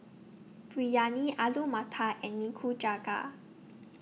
Biryani Alu Matar and Nikujaga